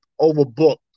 overbooked